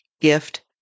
gift